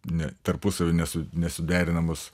ne tarpusavyje nesu nesuderinamus